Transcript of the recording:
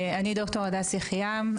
אני ד"ר הדס יחיעם,